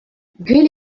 gwelet